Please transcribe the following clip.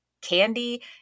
candy